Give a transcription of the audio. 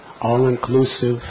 all-inclusive